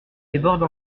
déborde